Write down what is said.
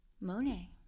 Monet